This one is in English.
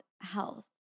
health